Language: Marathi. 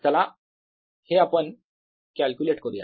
चला हे आपण कॅल्क्युलेट करूया